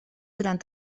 durant